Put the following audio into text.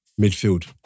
Midfield